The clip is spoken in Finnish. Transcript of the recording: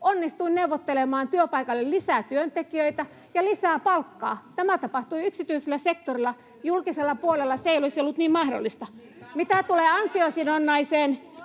onnistuin neuvottelemaan työpaikalle lisää työntekijöitä ja lisää palkkaa. Tämä tapahtui yksityisellä sektorilla. Julkisella puolella se ei olisi ollut niin mahdollista. Mitä tulee ansiosidonnaiseen,